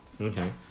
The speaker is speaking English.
Okay